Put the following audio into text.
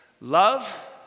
Love